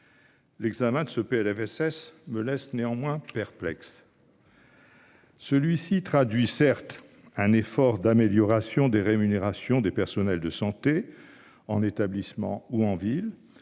L’examen de ce PLFSS me laisse néanmoins perplexe. Certes, ce texte traduit un effort d’amélioration des rémunérations des personnels de santé en établissement ou en ville